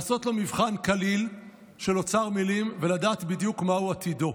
לעשות לו מבחן קליל של אוצר מילים ולדעת בדיוק מהו עתידו,